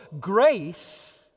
grace